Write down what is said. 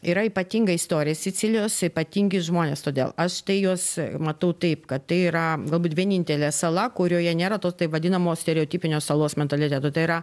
yra ypatinga istorija sicilijos ypatingi žmonės todėl aš tai juos matau taip kad tai yra galbūt vienintelė sala kurioje nėra to taip vadinamo stereotipinio salos mentaliteto tai yra